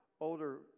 older